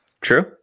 True